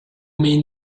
mean